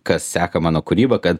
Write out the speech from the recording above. kas seka mano kūrybą kad